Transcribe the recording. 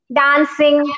dancing